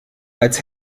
als